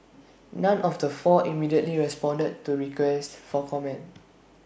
none of the four immediately responded to requests for comment